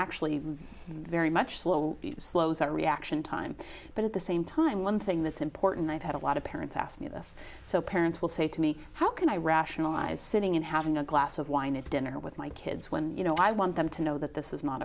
actually very much slow slows our reaction time but at the same time one thing that's important i've had a lot of parents ask me this so parents will say to me how can i rationalize sitting in having a glass of wine at dinner with my kids when you know i want them to know that this is not